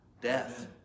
death